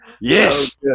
yes